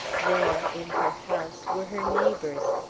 there, in her house, were her neighbours,